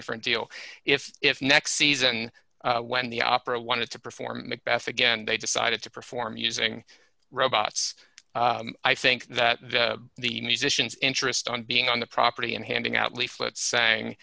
different deal if if next season when the opera wanted to perform macbeth again they decided to perform using robots i think that the musicians interest on being on the property and handing out leaflets saying